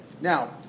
Now